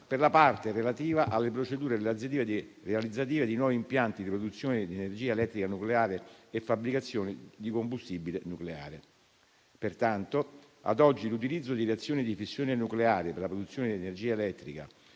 per la parte relativa alle procedure realizzative di nuovi impianti di produzione di energia elettrica nucleare e fabbricazione di combustibile nucleare. Pertanto ad oggi l'utilizzo di reazioni di fissione nucleare per la produzione di energia elettrica